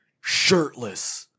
shirtless